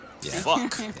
Fuck